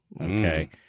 Okay